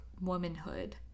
womanhood